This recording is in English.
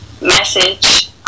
message